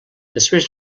després